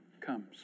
comes